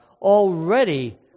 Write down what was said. Already